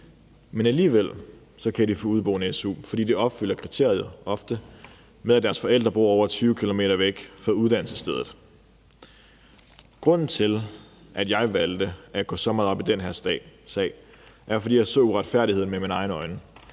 Men alligevel kan de få udeboende su, fordi de ofte opfylder kriteriet ved, at deres forældre bor over 20 km væk fra uddannelsesstedet. Grunden til, at jeg valgte at gå så meget op i den her sag, er, at jeg så uretfærdigheden med mine egne